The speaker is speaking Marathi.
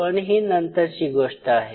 पण ही नंतरची गोष्ट आहे